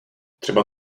třeba